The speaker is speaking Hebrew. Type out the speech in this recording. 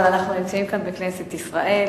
אבל אנחנו נמצאים כאן בכנסת ישראל,